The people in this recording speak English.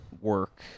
work